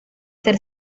ser